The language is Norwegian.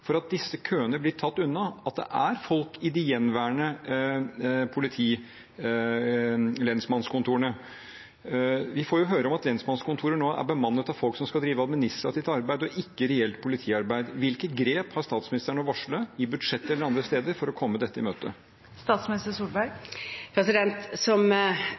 for at disse køene blir tatt unna, at det er folk i de gjenværende lensmannskontorene? Vi får jo høre at lensmannskontorer nå er bemannet med folk som skal drive administrativt arbeid og ikke reelt politiarbeid. Hvilke grep har statsministeren å varsle i budsjettet eller andre steder for å komme dette i møte? Som